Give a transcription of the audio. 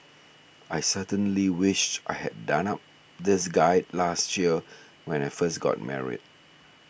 I certainly wish I had done up this guide last year when I first got married